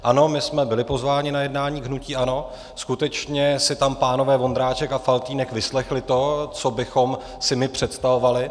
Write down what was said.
Ano, my jsme byli pozváni na jednání k hnutí ANO, a skutečně si tam pánové Vondráček a Faltýnek vyslechli to, co bychom si my představovali.